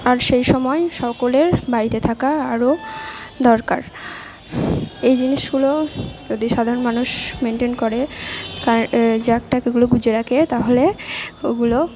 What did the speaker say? আর সেই সময় সকলের বাড়িতে থাকা আরও দরকার এই জিনিসগুলো যদি সাধারণ মানুষ মেনটেন করে কার জ্যাক ট্যাকগুলো গুঁজে রাখে তাহলে ওগুলো